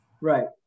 Right